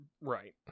Right